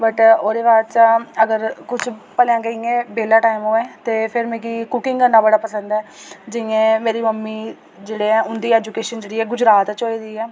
वट् ओह्दे बाद अगर कुछ भलेआं गै इ'यां बेह्ला टैम होऐ ते फिर मिगी कुकिंग करना बड़ा पसंद ऐ जि'यां मेरी मम्मी जेह्ड़े ऐ उं'दी एजुकेशन जेह्ड़ी ऐ गुजरात च होई दी ऐ